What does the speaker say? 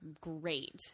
great